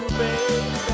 baby